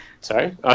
Sorry